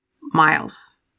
Miles